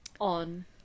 on